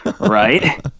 Right